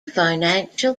financial